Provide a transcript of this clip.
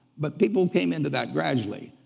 but people came into that gradually.